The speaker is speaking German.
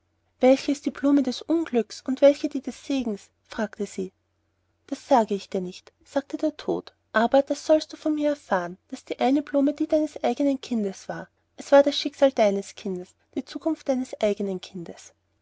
ist die blume des unglücks und welche die des segens fragte sie das sage ich dir nicht sagte der tod aber das sollst du von mir erfahren daß die eine blume die deines eigenen kindes war es war das schicksal deines kindes die zukunft deines eigenen kindes